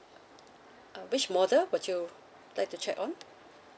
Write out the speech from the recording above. uh which model would you like to check on